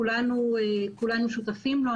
כולנו שותפים לו.